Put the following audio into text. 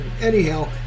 anyhow